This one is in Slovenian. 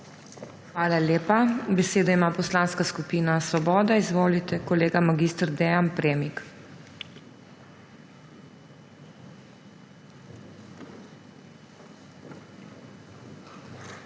Hvala lepa. Besedo ima Poslanska skupina Svoboda. Izvolite, kolega mag. Dean Premik.